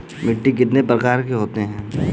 मिट्टी कितने प्रकार की होती हैं?